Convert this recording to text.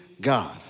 God